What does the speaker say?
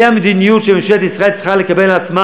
זאת המדיניות שממשלת ישראל צריכה לקבל על עצמה,